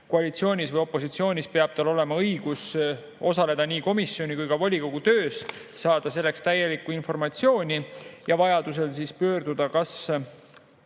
koalitsioonis või opositsioonis, peab tal olema õigus osaleda nii komisjoni kui ka volikogu töös, saada selleks täielikku informatsiooni ja vajaduse korral pöörduda kas